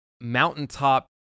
mountaintop